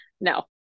no